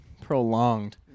prolonged